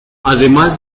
además